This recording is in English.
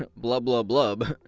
um blub blub blub!